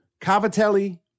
cavatelli